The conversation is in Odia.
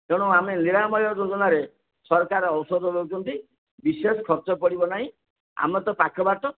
ତେଣୁ ଆମେ ନିରାମୟ ଯୋଜନାରେ ସରକାର ଔଷଧ ଦେଉଛନ୍ତି ବିଶେଷ ଖର୍ଚ୍ଚ ପଡ଼ିବ ନାହିଁ ଆମର ତ ପାଖ ବାଟ